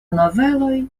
noveloj